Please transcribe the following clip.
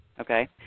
okay